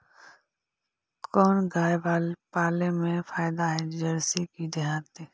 कोन गाय पाले मे फायदा है जरसी कि देहाती?